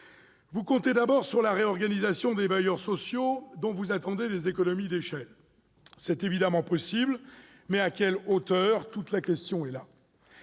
Vous comptez d'abord sur la réorganisation des bailleurs sociaux, dont vous attendez des économies d'échelle. C'est évidemment possible, mais à quelle hauteur ? Toute la question est là.